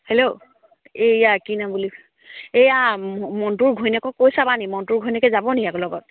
hello এইয়া কি নাম বুলি এইয়া মন্টুৰ ঘৈণীয়েকক কৈ চাবানি মন্টুৰ ঘৈণীয়েকে যাবনি আকৌ লগত